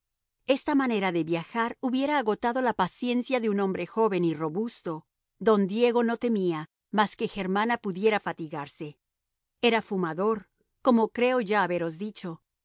esta manera de viajar hubiera agotado la paciencia de un hombre joven y robusto don diego no temía más que germana pudiera fatigarse era fumador como creo ya haberos dicho